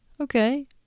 okay